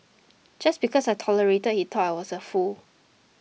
just because I tolerated he thought I was a fool